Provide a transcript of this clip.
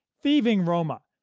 thieving roma,